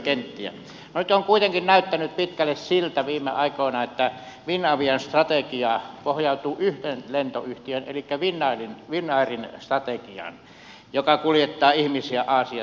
nyt on kuitenkin näyttänyt pitkälle siltä viime aikoina että finavian strategia pohjautuu yhden lentoyhtiön elikkä finnairin strategiaan joka kuljettaa ihmisiä aasiasta eurooppaan